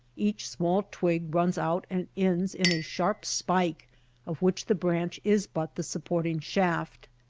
each small twig runs out and ends in a sharp spike of which the branch is but the supporting shaft.